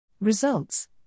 Results